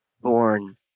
born